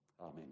Amen